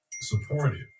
supportive